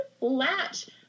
latch